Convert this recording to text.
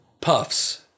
puffs